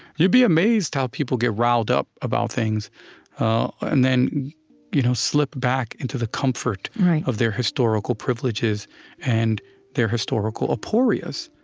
you'd be amazed, how people get riled up about things and then you know slip back into the comfort of their historical privileges and their historical aporias.